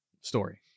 story